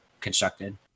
Constructed